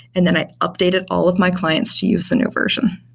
and then i updated all of my clients to use the new version.